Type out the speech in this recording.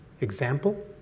Example